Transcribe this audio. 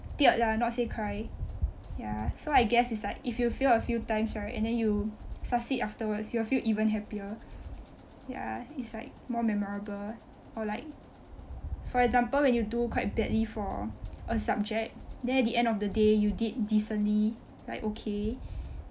teared lah not say cry ya so I guess it's like if you fail a few times right and then you succeed afterwards you will feel even happier ya it's like more memorable or like for example when you do quite badly for a subject then at the end of the day you did decently like okay